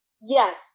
Yes